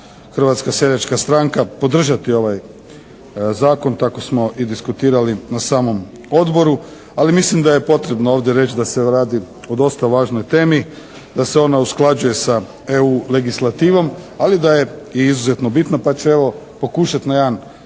Hrvatska seljačka stranka podržati ovaj zakon. Tako smo i diskutirali na samom Odboru. Ali mislim da je potrebno ovdje reći da se radi o dosta važnoj temi, da se ona usklađuje sa EU legislativom, ali i da je i izuzetno bitna, pa ću evo, pokušati na jedan